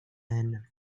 and